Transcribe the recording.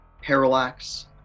Parallax